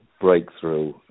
breakthrough